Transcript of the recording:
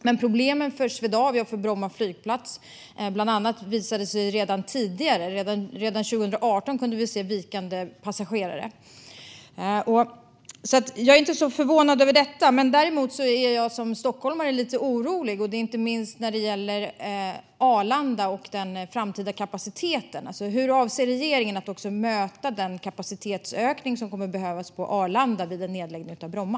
Men problemen för Swedavia och för Bromma flygplats visade sig redan tidigare. Redan 2018 kunde vi se ett vikande passagerarantal. Jag är inte så förvånad över detta. Däremot är jag som stockholmare lite orolig, inte minst när det gäller Arlanda och den framtida kapaciteten. Hur avser regeringen att möta den kapacitetsökning som kommer att behövas på Arlanda vid en nedläggning i Bromma?